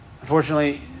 Unfortunately